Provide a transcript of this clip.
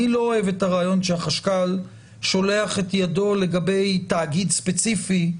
אני לא אוהב את הרעיון שהחשכ"ל שולח את ידו לגבי תאגיד ספציפי.